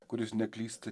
kuris neklysta